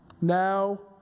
now